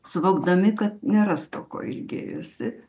suvokdami kad neras to ko ilgėjosi